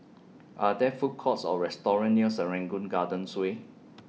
Are There Food Courts Or restaurants near Serangoon Gardens Way